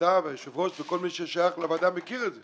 ואתה והיושב-ראש וכל מי ששייך לוועדה מכיר את זה.